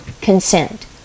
consent